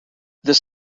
this